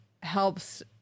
helps